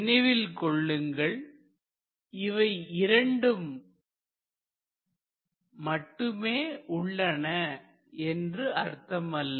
நினைவில் கொள்ளுங்கள் இவை இரண்டு மட்டுமே உள்ளன என்று அர்த்தமல்ல